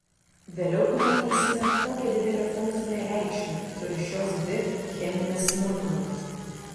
vėliau pamatysime kokią didelę funkcinę reikšmę turi šios dvi cheminės smulkmenos